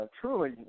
Truly